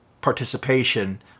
participation